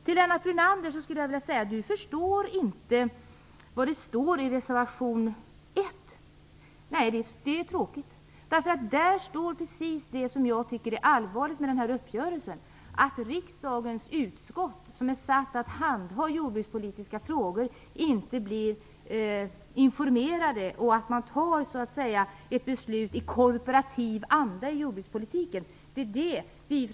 Till Lennart Brunander vill jag säga att det är tråkigt att han inte förstår vad som anförs i reservation 1. Där redovisas precis det som jag tycker är allvarligt med den träffade uppgörelsen. Det som jag från Folkpartiets sida vill understryka i den reservationen är att det riksdagsutskott som är satt att handha de jordbrukspolitiska frågorna inte blivit informerat och att det har fattas ett beslut i korporativ anda i jordbrukspolitiken.